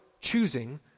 choosing